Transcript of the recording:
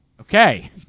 Okay